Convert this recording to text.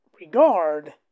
regard